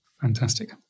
Fantastic